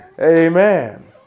Amen